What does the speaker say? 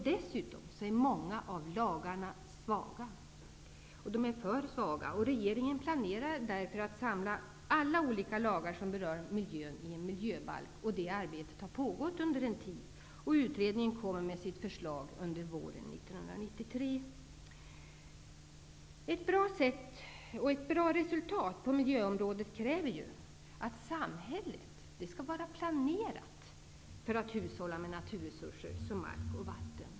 Dessutom är många av lagarna svaga. De är för svaga, och regeringen planerar därför att samla alla olika lagar som berör miljön i en miljöbalk. Det arbetet har pågått under en tid, och utredningen kommer med sitt förslag under våren 1993. Ett bra resultat på miljöområdet kräver att samhället är planerat för att hushålla med naturresurser som mark och vatten.